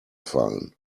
fallen